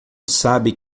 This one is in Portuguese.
sabe